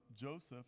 Joseph